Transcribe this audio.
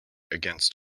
against